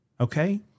okay